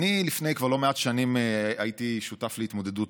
כבר לפני לא מעט שנים הייתי שותף להתמודדות